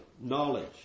knowledge